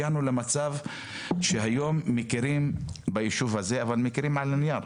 הגענו למצב שהיום מכירים ביישוב הזה אבל מכירים על הנייר.